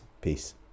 Peace